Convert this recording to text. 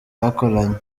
bakoranye